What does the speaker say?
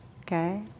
okay